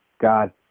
God